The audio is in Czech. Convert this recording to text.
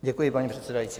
Děkuji, paní předsedající.